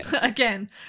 Again